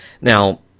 Now